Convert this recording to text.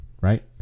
right